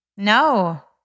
No